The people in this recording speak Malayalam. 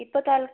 ഇപ്പോൾ തൽ